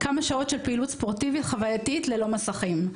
כמה שעות של פעילות ספורטיבית חווייתית ללא מסכים.